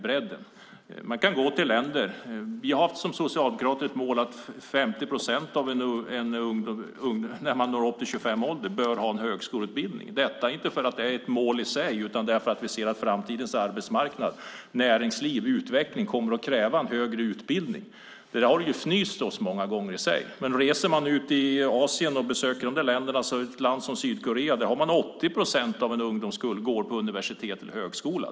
Vi har som socialdemokrater målet att 50 procent av en ungdomskull bör ha en högskoleutbildning när de har nått 25 års ålder - inte för att det är ett mål i sig utan därför att vi ser att framtidens arbetsmarknad, näringsliv och utveckling kommer att kräva en högre utbildning. Det har det fnysts åt många gånger, men reser man i Asien och besöker länderna där ser man att i ett land som Sydkorea går 80 procent av en ungdomskull på universitet eller högskola.